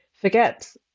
forget